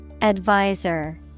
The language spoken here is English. Advisor